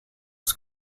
was